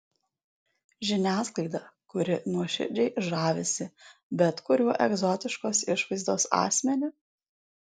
žiniasklaidą kuri nuoširdžiai žavisi bet kuriuo egzotiškos išvaizdos asmeniu